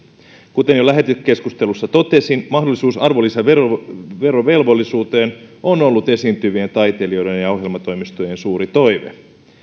kuten jo lähetekeskustelussa totesin mahdollisuus arvonlisäverovelvollisuuteen on ollut esiintyvien taiteilijoiden ja ja ohjelmatoimistojen suuri toive